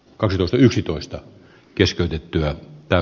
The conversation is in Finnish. cardoso yksitoista keskeytettyä tai